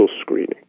screening